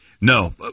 No